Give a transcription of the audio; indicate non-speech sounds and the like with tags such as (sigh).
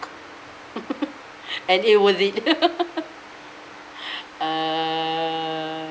(noise) (laughs) (breath) and it worth it (laughs) (breath) err